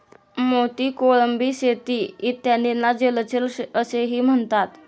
मोती, कोळंबी शेती इत्यादींना जलचर असेही म्हणतात